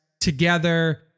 together